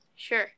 Sure